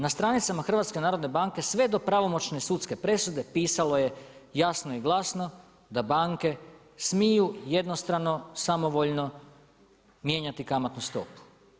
Na stranicama HNB-a, sve do pravomoćne sudske presude, pisalo je jasno i glasno da banke smiju jednostrano, samovoljno mijenjati kamatnu stopu.